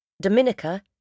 Dominica